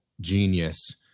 genius